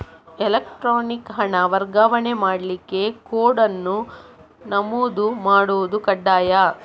electronic ಹಣ ವರ್ಗಾವಣೆ ಮಾಡ್ಲಿಕ್ಕೆ ಕೋಡ್ ಅನ್ನು ನಮೂದು ಮಾಡುದು ಕಡ್ಡಾಯ